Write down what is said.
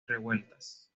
revueltas